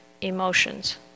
emotions